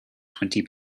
twenty